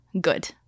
good